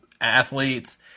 athletes